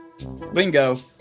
Lingo